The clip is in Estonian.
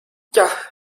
jah